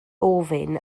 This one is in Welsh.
ofyn